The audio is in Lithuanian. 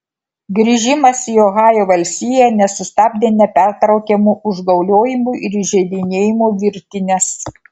grįžimas į ohajo valstiją nesustabdė nepertraukiamų užgauliojimų ir įžeidinėjimų virtinės